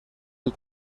del